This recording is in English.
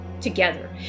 together